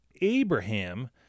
Abraham